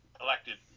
elected